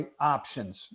options